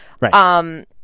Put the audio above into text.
Right